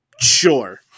sure